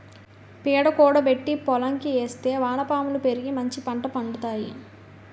పేడ కూడబెట్టి పోలంకి ఏస్తే వానపాములు పెరిగి మంచిపంట పండుతాయి